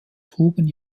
trugen